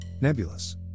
Nebulous